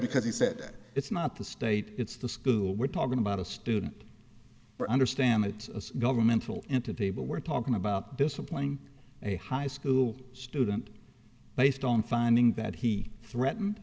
because he said it's not the state it's the school we're talking about a student or understand it a governmental entity but we're talking about disciplining a high school student based on finding that he threatened